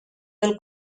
del